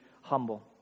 humble